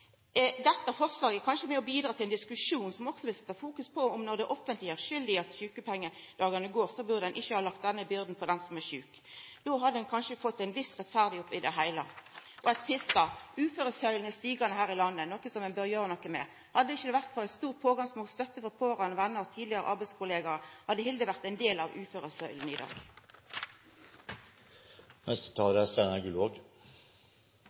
Dette forslaget er kanskje med på å bidra til ein diskusjon som òg vil setja fokus på at ein ikkje burde leggja denne byrda på den som er sjuk, når det er det offentlege som er skuld i at sjukepengedagane går. Då hadde ein kanskje fått ei viss rettferd oppi det heile. Og til sist: Uføresøyla er stigande her i landet, noko ein bør gjera noko med. Hadde det ikkje vore for eit stort pågangsmot, støtte frå pårørande, vener og tidlegare arbeidskollegaer, hadde Hilde vore ein del av uføresøyla i